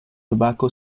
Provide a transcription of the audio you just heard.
tobacco